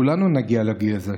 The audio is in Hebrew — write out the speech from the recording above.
כולנו נגיע לגיל הזה.